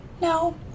No